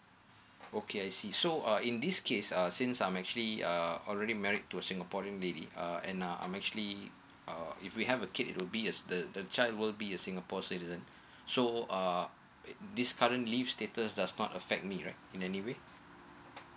okay I see so uh in this case err since I'm actually a already married to singaporean lady uh and uh I'm actually uh if we have a kid it will be uh the child would be singapore citizen so um this current leave status does not affect me right in anyway